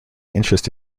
interest